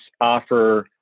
offer